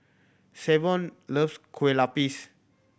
Savion loves Kuih Lopes